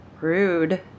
Rude